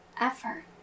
effort